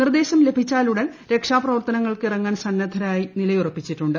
നിർദ്ദേശം ലഭിച്ചാലുടൻ രക്ഷാപ്രവർത്തനങ്ങൾക്ക് ഇറങ്ങാൻ സന്നദ്ധരായി നിലയുറപ്പിച്ചിട്ടുണ്ട്